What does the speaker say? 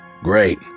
Great